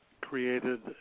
created